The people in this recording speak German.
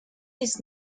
ist